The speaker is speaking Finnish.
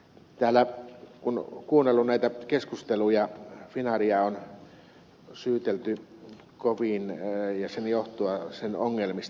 täällä kun on kuunnellut näitä keskusteluja finnairia on syytelty kovin ja se johtuu sen ongelmista